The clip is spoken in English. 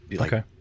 Okay